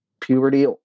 puberty